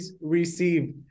receive